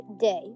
day